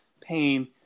pain